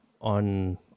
on